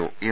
O M